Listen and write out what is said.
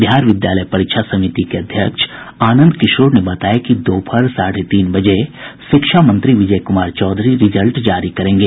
बिहार विद्यालय परीक्षा समिति के अध्यक्ष आनंद किशोर ने बताया कि दोपहर साढ़े तीन बजे शिक्षा मंत्री विजय कुमार चौधरी रिजल्ट जारी करेंगे